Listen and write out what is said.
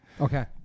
okay